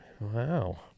Wow